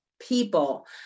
people